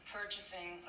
purchasing